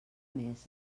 més